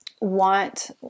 want